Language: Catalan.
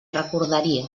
recordaria